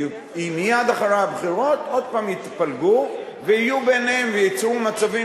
מייד אחרי הבחירות לא עוד פעם יתפלגו וייצרו מצבים